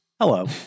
Hello